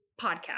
podcast